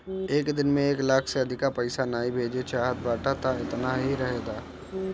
एक दिन में एक लाख से अधिका पईसा नाइ भेजे चाहत बाटअ तअ एतना ही रहे दअ